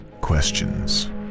Questions